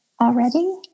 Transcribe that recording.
already